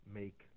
make